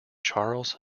charles